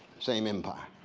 same empire,